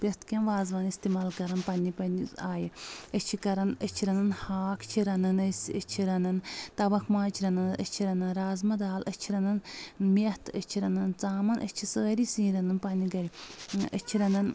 پرؠتھ کینٛہہ وازوان استعمال کَرَان پَننہِ پَننہِ آیہِ أسۍ چھِ کَرَان أسۍ چھِ رَنَان ہاکھ چھِ رَنَان أسۍ أسۍ چھِ رَنَان تبَکھ ماز چھِ رَنَان أسۍ چھِ رَنَان رازما دال أسۍ چھِ رَنَان میٚتھ أسۍ چھِ رَنَان ژامَن أسۍ چھِ سٲری سِنۍ رَنَان پننہِ گرِ أسۍ چھِ رَنَان